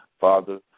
Father